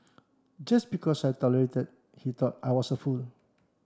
just because I tolerated he thought I was a fool